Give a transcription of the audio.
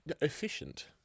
efficient